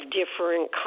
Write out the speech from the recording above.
different